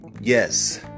Yes